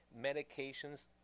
medications